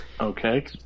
Okay